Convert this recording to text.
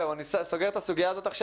אני סוגר את הסוגיה הזו,